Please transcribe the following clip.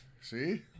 See